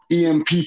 EMP